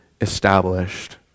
established